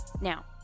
Now